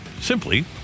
simply